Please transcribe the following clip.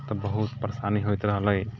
तऽ बहुत परेशानी होइत रहलै